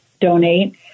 donate